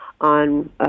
on